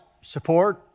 support